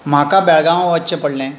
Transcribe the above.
म्हाका बेळगांवां वच्चें पडलें